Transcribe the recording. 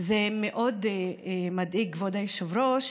זה מאוד מדאיג, כבוד היושב-ראש,